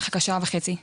מחכה שעה וחצי,